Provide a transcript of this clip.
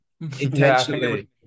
Intentionally